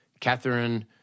Catherine